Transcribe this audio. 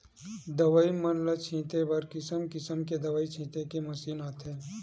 दवई मन ल छिते बर किसम किसम के दवई छिते के मसीन आथे